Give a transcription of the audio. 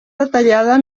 detallada